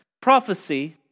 Prophecy